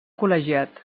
col·legiat